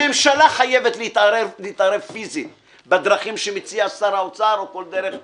הממשלה חייבת להתערב פיזית בדרכים שמציע שר האוצר או בכל דרך אחרת.